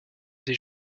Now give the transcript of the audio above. des